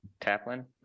Taplin